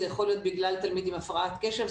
זה יכול להיות בגלל תלמיד עם הפרעת קשב,